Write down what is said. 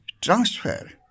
transfer